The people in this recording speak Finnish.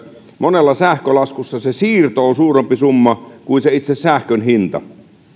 monella sähkölaskussa se siirto on suurempi summa kuin se itse sähkön hinta